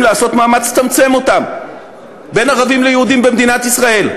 לעשות מאמץ לצמצם אותם בין ערבים ליהודים במדינת ישראל,